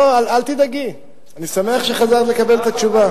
לא, אל תדאגי, אני שמח שחזרת לקבל את התשובה.